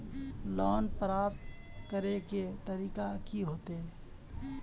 Loan प्राप्त करे के तरीका की होते?